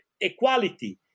equality